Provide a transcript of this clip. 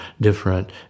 different